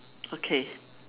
okay